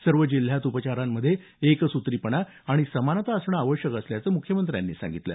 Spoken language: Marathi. सर्व जिल्ह्यांत उपचारांमध्ये एकसूत्रीपणा आणि समानता असणं आवश्यक असल्याचं मुख्यमंत्र्यांनी सांगितलं